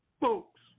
folks